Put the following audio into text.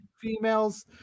females